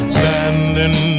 standing